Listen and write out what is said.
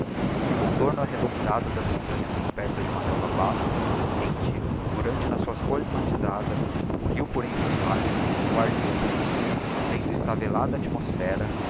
o contorno arredondado das montanhas cobertas de uma relva basta rente fulgurante nas suas cores matizadas o rio por entre os valles o ar limpidoesecco mantendo estável a atmosphera